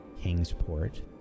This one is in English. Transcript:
Kingsport